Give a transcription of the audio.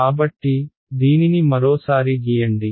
కాబట్టి దీనిని మరోసారి గీయండి